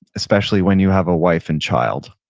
especially when you have a wife and child.